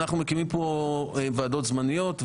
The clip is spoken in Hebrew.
אנחנו מקימים פה ועדות זמניות,